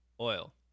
Oil